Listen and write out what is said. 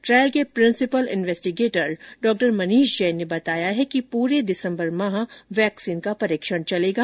द्रायल के principal investigator डॉ मनीष जैन ने बताया कि पूरे दिसंबर माह वैक्सीन को परीक्षण चलेगा